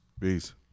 Peace